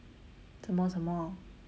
什么什么